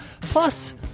plus